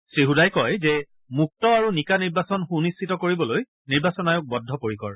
শ্ৰীহ্দাই কয় যে মুক্ত আৰু নিকা নিৰ্বাচন সুনিশ্চিত কৰিবলৈ নিৰ্বাচন আয়োগ বদ্ধপৰিকৰ